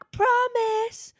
promise